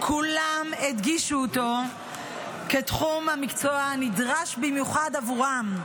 כולם הדגישו אותו כתחום מקצוע נדרש במיוחד עבורם,